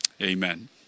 amen